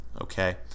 okay